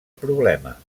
problema